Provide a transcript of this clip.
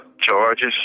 charges